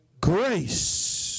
Grace